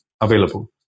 available